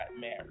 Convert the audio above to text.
married